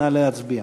נא להצביע.